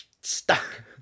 stuck